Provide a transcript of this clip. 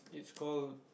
it's called